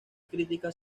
críticas